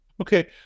okay